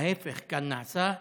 ההפך כאן נעשה.